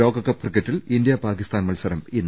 ലോകകപ്പ് ക്രിക്കറ്റിൽ ഇന്ത്യ പാക്കിസ്ഥാൻ മത്സരം ഇന്ന്